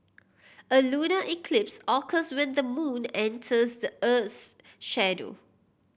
a lunar eclipse occurs when the moon enters the earth's shadow